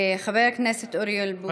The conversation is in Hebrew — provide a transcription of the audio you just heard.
חבר הכנסת אוריאל בוסו, בבקשה.